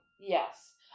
Yes